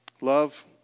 Love